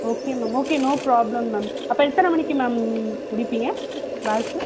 okay ma'am okay no problem ma'am அப்போ எத்தனை மணிக்கு மேம் முடிப்பீங்க கிளாஸ்ஸு